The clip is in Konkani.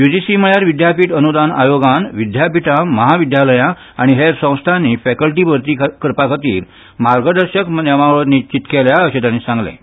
यूजीसी म्हळ्यार विद्यापीठ अनुदान आयोगान विद्यापीठां महाविद्यालयां आनी हेर संस्थांनी फॅकल्टी भरती करपा खातीर मार्गदर्शक नेमावळ निश्चित केल्या अशें तांणी सांगलें